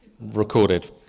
recorded